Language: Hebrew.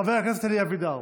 חבר הכנסת אלי אבידר,